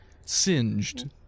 Singed